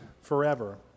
forever